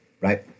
right